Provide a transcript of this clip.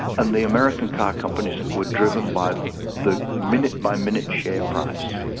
and the american car companies that were driven by the minute-by-minute share price.